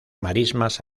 marismas